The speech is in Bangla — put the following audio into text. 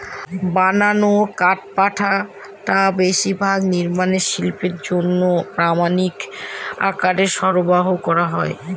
বানানো কাঠপাটা বেশিরভাগ নির্মাণ শিল্পের জন্য প্রামানিক আকারে সরবরাহ করা হয়